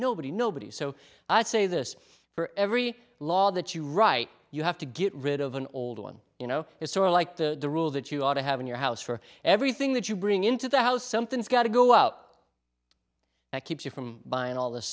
nobody nobody so i say this for every law that you write you have to get rid of an old one you know is sort of like the rule that you ought to have in your house for everything that you bring into the house something's got to go out that keeps you from buying all this